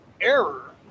error